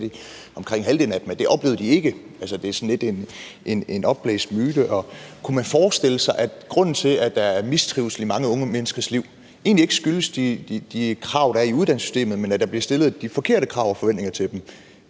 omkring halvdelen af dem, at det oplevede de ikke, altså at det sådan lidt er en opblæst myte. Kunne man forestille sig, at grunden til, at der er mistrivsel i mange unge menneskers liv, egentlig ikke er de krav, der er i uddannelsessystemet, men det, at der bliver stillet de forkerte krav og forventninger til dem,